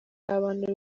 abantu